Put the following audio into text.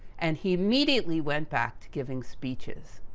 and, he immediately went back to giving speeches.